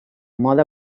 mode